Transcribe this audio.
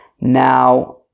Now